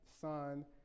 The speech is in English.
son